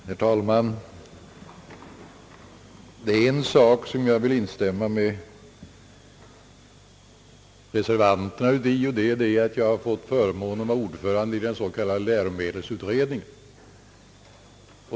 Herr talman! På en punkt vill jag instämma med reservanterna, nämligen att jag har fått förmånen att vara ordförande i läromedelsutredningen.